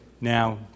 Now